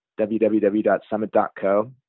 www.summit.co